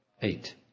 eight